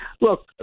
Look